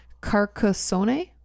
Carcassonne